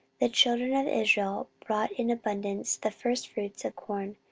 the children of israel brought in abundance the firstfruits of corn,